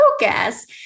focus